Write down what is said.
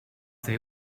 they